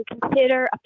consider